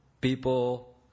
People